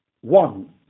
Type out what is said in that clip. One